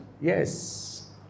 yes